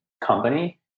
company